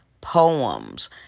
poems